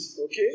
Okay